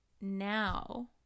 now